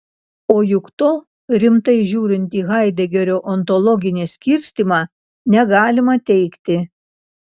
o juk to rimtai žiūrint į haidegerio ontologinį skirstymą negalima teigti